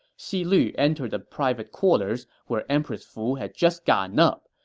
xi lu entered the private quarters, where empress fu had just gotten up.